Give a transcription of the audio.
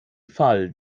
fall